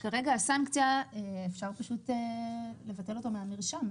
כרגע הסנקציה היא שאפשר פשוט לבטל אותו מהמרשם,